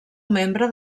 membre